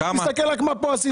הבאנו עליו מסים.